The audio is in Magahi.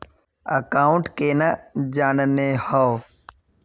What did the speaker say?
अकाउंट केना जाननेहव?